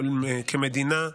כמדינה,